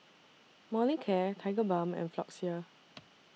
Molicare Tigerbalm and Floxia